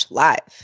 live